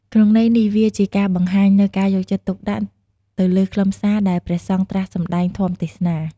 ក្នុងន័យនេះវាជាការបង្ហាញនូវ ការយកចិត្តទុកដាក់ ទៅលើខ្លឹមសារដែលព្រះសង្ឃត្រាស់សម្តែងធម្មទេសនា។